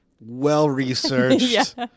Well-researched